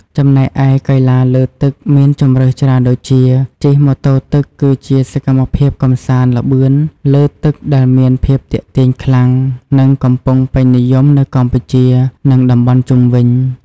ចំណែកឯកីឡាលើទឹកមានជម្រើសច្រើនដូចជា ជិះម៉ូតូទឹកគឺជាសកម្មភាពកម្សាន្តល្បឿនលើទឹកដែលមានភាពទាក់ទាញខ្លាំង និងកំពុងពេញនិយមនៅកម្ពុជា និង តំបន់ជុំវិញ។